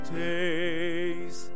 days